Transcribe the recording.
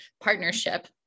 partnership